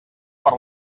per